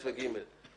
(ב) ו-(ג).